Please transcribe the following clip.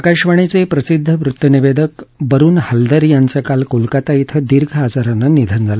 आकाशवाणीचे प्रसिद्ध वृत्तनिवेदक बरुन हलदर यांचं काल कोलकता धिं दीर्घ आजारानं निधन झालं